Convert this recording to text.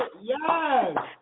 yes